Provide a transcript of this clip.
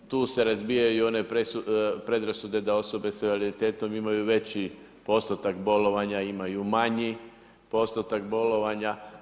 Tu se razbijaju i one predrasude da osobe sa invaliditetom imaju veći postotak bolovanja, imaju manji postotak bolovanja.